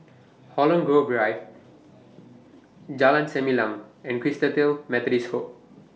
Holland Grove Drive Jalan Selimang and Christalite Methodist Home